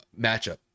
matchup